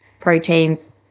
proteins